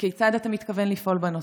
כיצד אתה מתכוון לפעול בנושא?